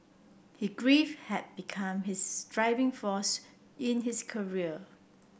his grief had become his driving force in his career